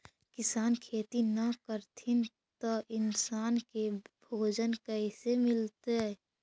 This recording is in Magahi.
किसान खेती न करथिन त इन्सान के भोजन कइसे मिलतइ?